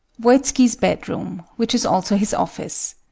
voitski's bedroom, which is also his office.